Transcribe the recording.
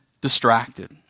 distracted